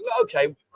okay